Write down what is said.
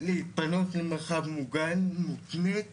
להתפנות למרחב מוגן מותנית